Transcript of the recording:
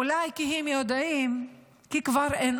אולי כי הם יודעים שכבר אין